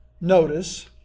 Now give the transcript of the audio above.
notice